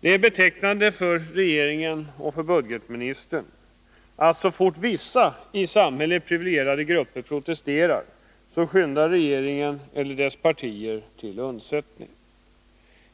Det är betecknande för regeringen och budgetministern, att så fort vissa i samhället priviligierade grupper protesterar, så skyndar regeringen eller dess partier till undsättning.